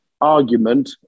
argument